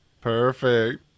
perfect